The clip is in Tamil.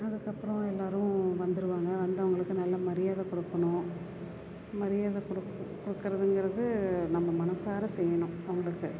அதுக்கப்புறம் எல்லாேரும் வந்துடுவாங்க வந்தவர்களுக்கு நல்ல மரியாதை கொடுக்கணும் மரியாத கொடுக் கொடுக்கறதுங்கறது நம்ம மனதார செய்யணும் அவர்களுக்கு